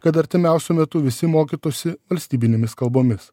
kad artimiausiu metu visi mokytųsi valstybinėmis kalbomis